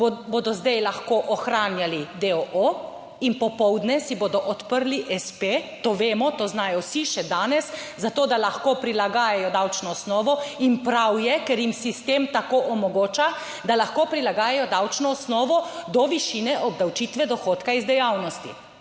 bodo zdaj lahko ohranjali deoo in popoldne si bodo odprli espe, to vemo, to znajo vsi še danes za to, da lahko prilagajajo davčno osnovo in prav je, ker jim sistem tako omogoča, da lahko prilagajajo davčno osnovo do višine obdavčitve dohodka iz dejavnosti